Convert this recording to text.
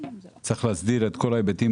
אמנם, להסדיר את כל ההיבטים